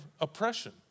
oppression